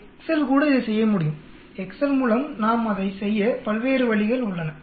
Excel கூட இதைச் செய்ய முடியும் எக்செல் மூலம் நாம் அதைச் செய்ய பல்வேறு வழிகள் உள்ளன